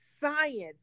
science